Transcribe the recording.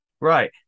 Right